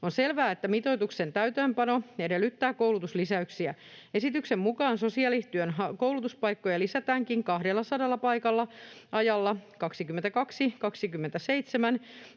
On selvää, että mitoituksen täytäntöönpano edellyttää koulutuslisäyksiä. Esityksen mukaan sosiaalityön koulutuspaikkoja lisätäänkin 200 paikalla ajalla 2022—2027.